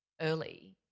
early